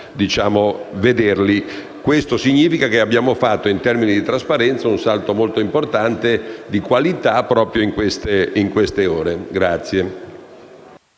Ciò significa che abbiamo fatto in termini di trasparenza un salto molto importante di qualità proprio in queste ore.